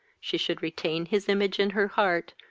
she should retain his image in her heart,